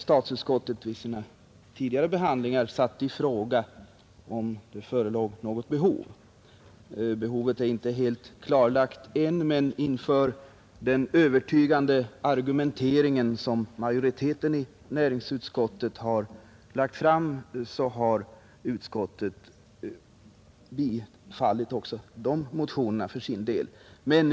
Statsutskottet har vid sina tidigare behandlingar satt i fråga om härvidlag förelåg något behov. Detta är inte helt klarlagt, men inför den övertygande argumentering som majoriteten i näringsutskottet lagt fram har utskottet för sin del också tillstyrkt dessa motioner.